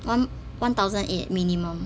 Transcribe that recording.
one one thousand eight minimum